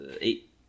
Eight